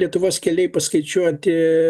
lietuvos keliai paskaičiuoti